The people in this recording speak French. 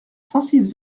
francis